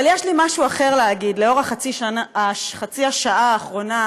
אבל יש לי משהו אחר להגיד, לאור חצי השעה האחרונה,